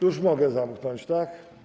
Już mogę zamknąć, tak?